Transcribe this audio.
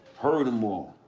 heard them all.